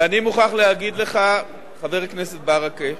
ואני מוכרח להגיד לך, חבר הכנסת ברכה,